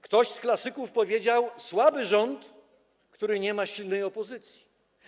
Któryś z klasyków powiedział: słaby rząd, który nie ma silnej opozycji.